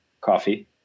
coffee